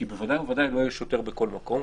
כי בוודאי לא יהיה שוטר בכל מקום,